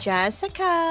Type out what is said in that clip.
Jessica